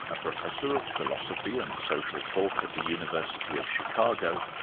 a professor of philosophy and social thought at the university of chicago,